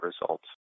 results